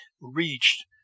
reached